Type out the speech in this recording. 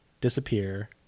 disappear